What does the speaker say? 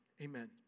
amen